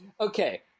Okay